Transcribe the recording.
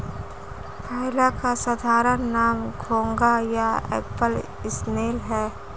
पाइला का साधारण नाम घोंघा या एप्पल स्नेल है